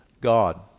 God